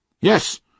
Yes